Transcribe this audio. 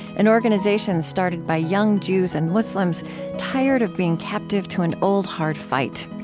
an organization started by young jews and muslims tired of being captive to an old, hard fight.